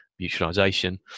mutualisation